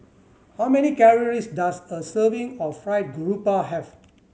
how many calories does a serving of Fried Garoupa have